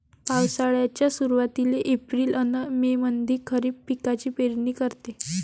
पावसाळ्याच्या सुरुवातीले एप्रिल अन मे मंधी खरीप पिकाची पेरनी करते